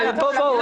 בואו.